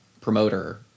promoter